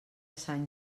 sant